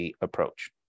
approach